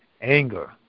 anger